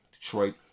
Detroit